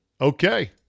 Okay